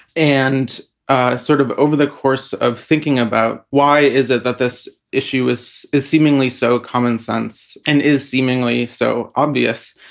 and ah sort of over the course of thinking about why is it that this issue is is seemingly so common sense and is seemingly so obvious?